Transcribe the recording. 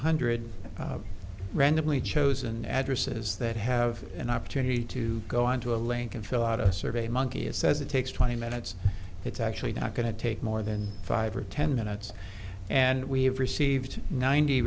hundred randomly chosen addresses that have an opportunity to go onto a link and fill out a survey monkey it says it takes twenty minutes it's actually not going to take more than five or ten minutes and we have received ninety